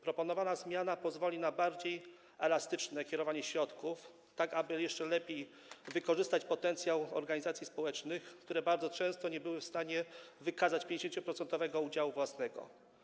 Proponowana zmiana pozwoli na bardziej elastyczne kierowanie środków, tak aby jeszcze lepiej wykorzystać potencjał organizacji społecznych, które bardzo często nie były w stanie wykazać 50-procentowego udziału własnego.